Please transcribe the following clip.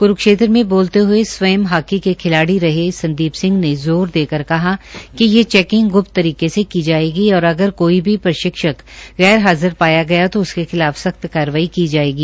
क्रूक्षेत्र में बोलते हये स्वय हाकी के खिलाड़ी रहे संदीप सिंह ने ज़ोर देकर कहा कि ये चैकिंग ग्प्त तरीके से की जायेगी और अगर कोई भी प्रशिक्षक गैर हाज़र पाया गया तो उसके खिलाफ सख्त कार्रवाई की जायेगी